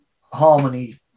harmony